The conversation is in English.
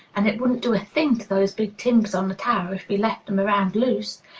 and it wouldn't do a thing to those big timbers on the tower if we left em around loose!